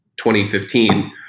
2015